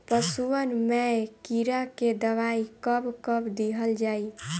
पशुअन मैं कीड़ा के दवाई कब कब दिहल जाई?